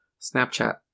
Snapchat